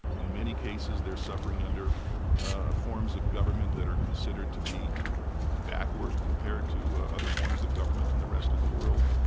in many cases, they're suffering under ah forms of government that are considered to be backward compared to ah other forms of government in the rest of the world.